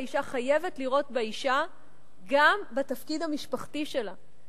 האשה חייבת לראות את האשה גם בתפקיד המשפחתי שלה.